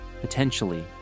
potentially